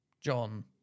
John